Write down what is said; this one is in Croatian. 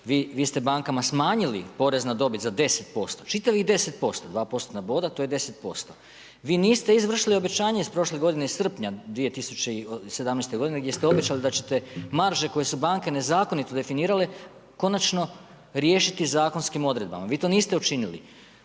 vi ste bankama smanjili porez na dobit za 10%, čitavih 10%, 2 postotna boda to je 10%. Vi niste izvršili obećanje iz prošle g. iz srpnja 2017. g. gdje ste obećali da ćete marže koje su banke nezakonito definirale, konačno riješiti zakonskim odredbama. Vi to niste učinili.